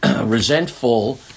resentful